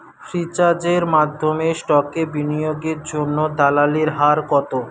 ফ্রিচার্জের মাধ্যমে স্টকে বিনিয়োগের জন্য দালালির হার কত